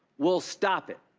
we'll stop it.